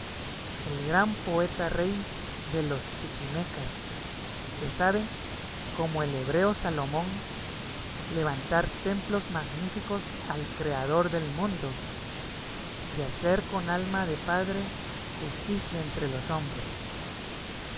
el gran poeta rey de los chichimecas que sabe como el hebreo salomón levantar templos magníficos al creador del mundo y hacer con alma de padre justicia entre los hombres